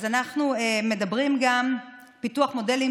אז אנחנו מדברים גם על פיתוח מודלים